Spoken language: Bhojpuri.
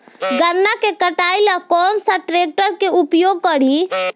गन्ना के कटाई ला कौन सा ट्रैकटर के उपयोग करी?